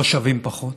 לא שווים פחות.